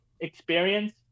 experience